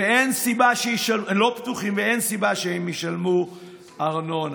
ואין סיבה שהם ישלמו ארנונה.